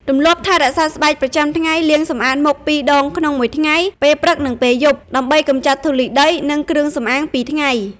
ទម្លាប់ថែរក្សាស្បែកប្រចាំថ្ងៃលាងសម្អាតមុខពីរដងក្នុងមួយថ្ងៃ ពេលព្រឹក និងពេលយប់ ដើម្បីកម្ចាត់ធូលីដី និងគ្រឿងសម្អាងពីថ្ងៃ ។